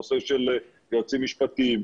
נושא של יועצים משפטיים,